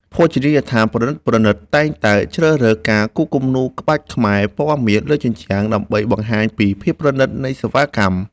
ភោជនីយដ្ឋានប្រណីតៗតែងតែជ្រើសរើសការគូរគំនូរក្បាច់ខ្មែរពណ៌មាសលើជញ្ជាំង ដើម្បីបង្ហាញពីភាពប្រណីតនៃសេវាកម្ម។